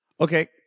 Okay